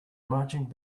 marching